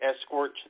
escort